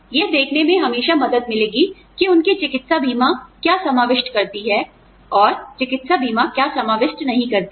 यह देखने में हमेशा मदद मिलेगी कि उनकी चिकित्सा बीमा क्या समाविष्ट करती है और चिकित्सा बीमा क्या समाविष्ट नहीं करती है